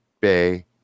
bay